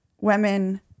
women